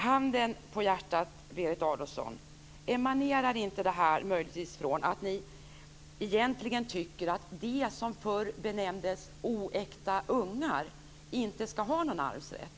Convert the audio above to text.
Handen på hjärtat, Berit Adolfsson, emanerar inte detta möjligtvis från att ni egentligen tycker att "oäkta ungar", som ju var benämningen förr, inte ska ha arvsrätt?